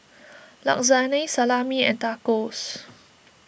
Lasagne Salami and Tacos